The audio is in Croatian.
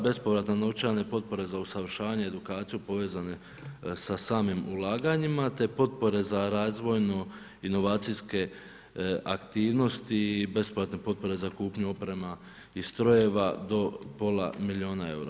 Bespovratne novčane potpore za usavršavanje i edukaciju povezane sa samim ulaganjima, te potpore za razvojne inovacijske aktivnosti i besplatne potpore za kupnju opreme i strojeva do pola milijuna eura.